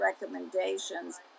recommendations